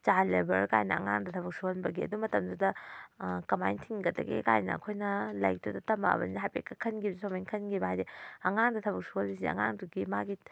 child labour ꯀꯥꯏꯅ ꯑꯉꯥꯡꯗ ꯊꯕꯛ ꯁꯨꯍꯟꯕꯒꯤ ꯑꯗꯨ ꯃꯇꯝꯗꯨꯗ ꯀꯃꯥꯏꯅ ꯊꯤꯡꯒꯗꯒꯦ ꯀꯥꯏꯅ ꯑꯩꯈꯣꯏꯅ ꯂꯥꯏꯔꯤꯛꯇꯨꯗ ꯇꯝꯂꯛꯑꯕꯅꯤꯅ ꯍꯥꯏꯐꯦꯠꯀ ꯈꯟꯈꯤꯕꯁꯦ ꯁꯨꯃꯥꯏꯅ ꯈꯟꯈꯤꯕ ꯍꯥꯏꯗꯤ ꯑꯉꯥꯡꯗ ꯊꯕꯛ ꯁꯨꯍꯜꯂꯤꯁꯦ ꯑꯉꯥꯡꯗꯨꯒꯤ ꯃꯥꯒꯤ